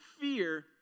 fear